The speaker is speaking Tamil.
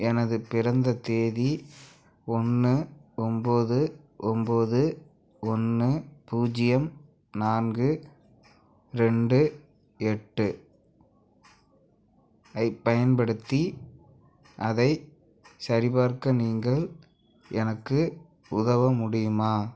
எனது பிறந்த தேதி ஒன்று ஒன்போது ஒன்போது ஒன்று பூஜ்ஜியம் நான்கு ரெண்டு எட்டு ஐப் பயன்படுத்தி அதைச் சரிப்பார்க்க நீங்கள் எனக்கு உதவ முடியுமா